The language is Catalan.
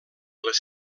les